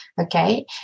Okay